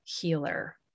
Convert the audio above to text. healer